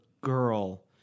girl